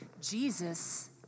Jesus